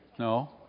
No